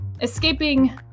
escaping